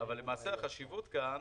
אבל למעשה החשיבות כאן